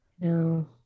No